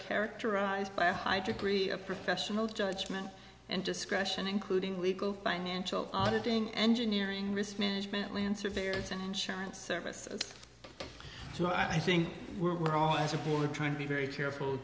characterized by a high degree of professional judgment and discretion including legal financial auditing engineering risk management land surveyors and insurance services so i think we're all as a board trying to be very careful